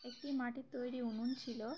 একটি মাটির তৈরি উনুন ছিল